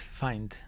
find